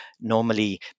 normally